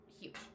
huge